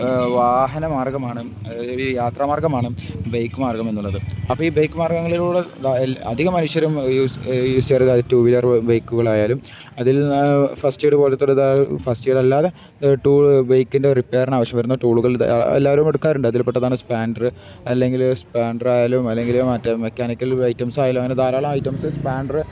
വാഹന മാർഗ്ഗമാണ് അതത് യാത്രാ മാർഗ്ഗമാണ് ബൈക്ക് മാർഗ്ഗം എന്നുള്ളത് അപ്പോള് ഈ ബൈക്ക് മാർഗ്ഗങ്ങളിലൂടെ അധികം മനുഷ്യരും യൂസ് ചെറിയ ടു വീലർ ബൈക്കുകളായാലും അതിൽ ഫസ്റ്റ് ഏർഡ് പോലത്തെ ഫസ്റ്റ് എയ്ഡ് അല്ലാതെ ടൂ ബൈക്കിൻ്റെ റിപ്പെയറിന് ആവശ്യം വരുന്ന ടൂളുകൾ എല്ലാവരും എടുക്കാറുണ്ട് അതിൽപെട്ടതാണ് സ്പാനറ് അല്ലെങ്കില് സ്പാൻഡർ ആയാലും അല്ലെങ്കില് മറ്റേ മെക്കാനിക്കൽ ഐറ്റംസായാലും അങ്ങനെ ധാരാളം ഐറ്റംസ് സ്പാനെറ്